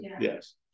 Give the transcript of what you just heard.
Yes